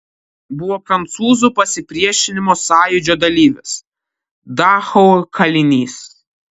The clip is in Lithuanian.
buvo prancūzų pasipriešinimo sąjūdžio dalyvis dachau kalinys